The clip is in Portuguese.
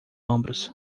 ombros